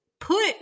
put